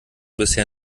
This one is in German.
bisher